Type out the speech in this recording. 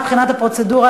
מבחינת הפרוצדורה,